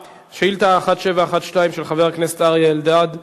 שאילתא 1712 של חבר הכנסת אריה אלדד שכותרתה: